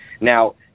Now